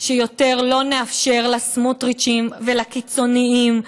שיותר לא נאפשר לסמוטריצים ולקיצוניים,